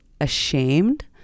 ashamed